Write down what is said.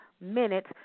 minutes